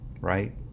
Right